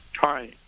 Hi